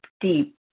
deep